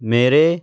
ਮੇਰੇ